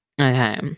Okay